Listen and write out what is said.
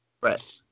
Right